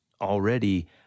already